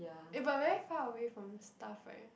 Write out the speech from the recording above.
eh but very far away from stuff right